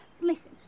Listen